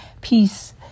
Peace